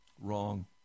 Wrong